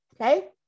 okay